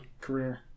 Career